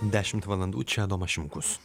dešimt valandų čia adomas šimkus